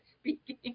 speaking